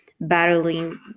battling